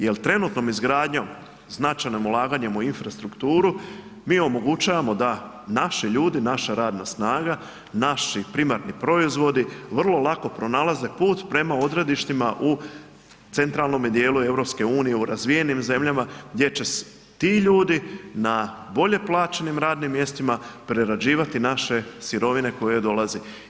Jer trenutno izgradnjom značajnim ulaganjem u infrastrukturu mi omogućavamo da naši ljudi, naša radna snaga, naši primarni proizvodi vrlo lako pronalaze put prema odredištima u centralnome dijelu EU u razvijenim zemljama gdje će ti ljudi na bolje plaćenim radnim mjestima prerađivati naše sirovine koje dolaze.